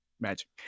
Magic